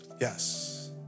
Yes